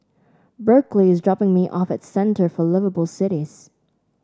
Berkley is dropping me off at Centre for Liveable Cities